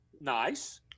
nice